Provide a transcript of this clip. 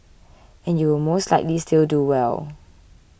and you will most likely still do well